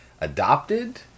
adopted